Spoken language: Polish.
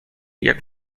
jak